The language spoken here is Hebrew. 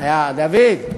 דוד,